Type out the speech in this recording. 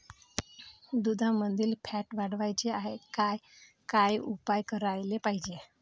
दुधामंदील फॅट वाढवायले काय काय उपाय करायले पाहिजे?